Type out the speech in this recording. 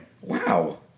Wow